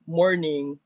morning